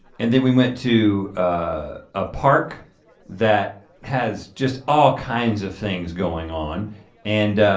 and then we went to a ah park that has just all kinds of things going on and